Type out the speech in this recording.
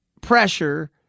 pressure